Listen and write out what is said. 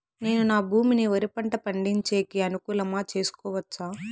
నేను నా భూమిని వరి పంట పండించేకి అనుకూలమా చేసుకోవచ్చా?